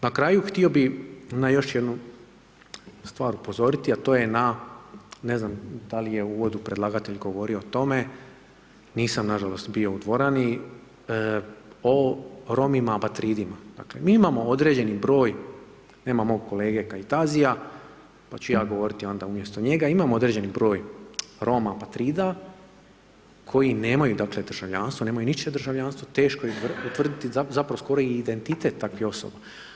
Na kraju htio bi, na još jednu stvar upozoriti, a to je na ne znam, da li je u uvodu predlagatelj govorio o tome, nisam nažalost bio u dvoranima, o Romima … Dakle, mi imao određeni broj, nema mog kolege Kajtazija, pa ću ja govoriti onda umjesto njega, imamo određeni broj Roma, … koji nemaju dakle, državljanstvo, nemaju ničije državljanstvo, teško je utvrditi zapravo skoro identitet takvih osoba.